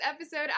episode